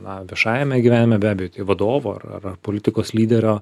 na viešajame gyvenime be abejo vadovo ar ar politikos lyderio